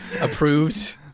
approved